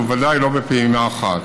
בוודאי לא בפעימה אחת.